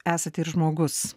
esate ir žmogus